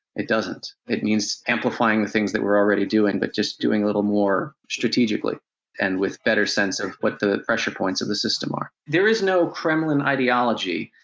it doesn't. it means amplifying the things that we're already doing, but just doing a little more strategically and with better sense of what the pressure points of the system are. there is no kremlin ideology.